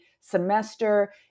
semester